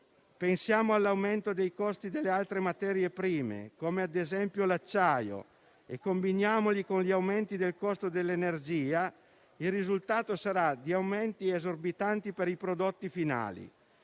infatti, all'aumento dei costi delle altre materie prime come, ad esempio, l'acciaio e, combinandoli con gli aumenti del costo dell'energia, il risultato sarà di aumenti esorbitanti per i prodotti finali.